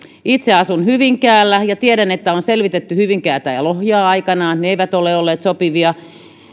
itse asun hyvinkäällä ja tiedän että on selvitetty hyvinkäätä ja lohjaa aikanaan ne eivät ole olleet sopivia